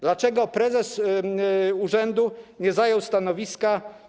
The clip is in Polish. Dlaczego prezes urzędu nie zajął tu stanowiska?